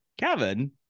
Kevin